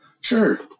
Sure